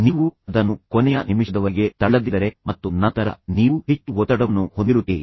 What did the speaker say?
ನೀವು ಅದನ್ನು ಕೊನೆಯ ನಿಮಿಷದವರೆಗೆ ತಳ್ಳದಿದ್ದರೆ ಮತ್ತು ನಂತರ ನೀವು ಹೆಚ್ಚು ಒತ್ತಡವನ್ನು ಹೊಂದಿರುತ್ತೀರಿ